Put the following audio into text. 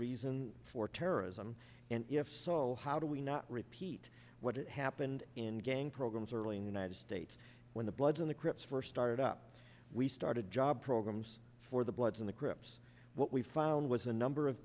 reason for terrorism and if so how do we not repeat what happened in gang programs early in united states when the bloods and the crips first started up we started job programs for the bloods and the crips what we found was the number of